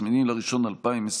8 בינואר 2021,